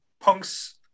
punks